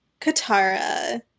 Katara